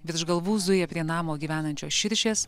virš galvų zuja prie namo gyvenančios širšės